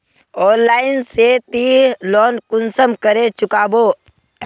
Online से ती loan कुंसम करे चुकाबो?